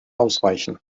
ausweichen